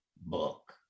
book